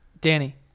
Danny